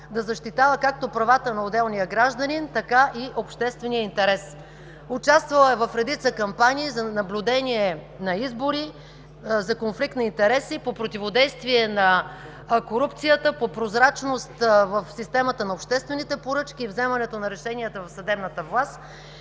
да защитава както правата на отделния гражданин, така и обществения интерес. Участвала е в редица кампании за наблюдение на избори, за конфликт на интереси по противодействие на корупцията, по прозрачност в системата на обществените поръчки, вземането на решенията в съдебната власт